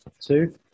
Two